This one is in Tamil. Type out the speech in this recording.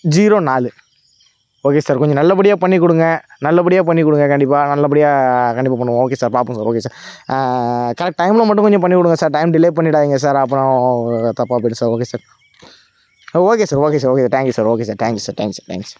ஜீரோ நாலு ஓகே சார் கொஞ்ச நல்லபடியாக பண்ணிக் கொடுங்க நல்லபடியாக பண்ணிக் கொடுங்க கண்டிப்பாக நல்லபடியாக கண்டிப்பாக பண்ணுவோம் ஓகே சார் பார்ப்போம் ஓகே சார் கரெக்ட் டைமில் மட்டும் கொஞ்சம் பண்ணிக் கொடுங்க சார் டைம் டிலே பண்ணிடாதீங்க சார் அப்புறம் தப்பாக போயிடும் sir okay sir okay sir okay sir okay sir thank you sir okay sir thanks sir thanks sir thanks